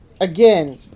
Again